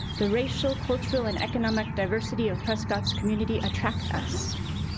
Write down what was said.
the racial, cultural and economic diversity of prescott's community attract us.